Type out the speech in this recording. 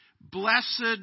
Blessed